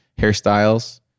hairstyles